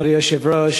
כבוד היושב-ראש,